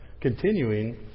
continuing